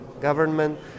government